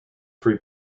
free